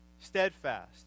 steadfast